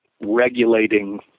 regulating